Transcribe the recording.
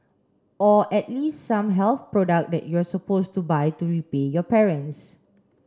or at least some health product that you're supposed to buy to repay your parents